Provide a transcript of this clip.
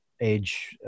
age